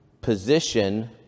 position